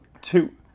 two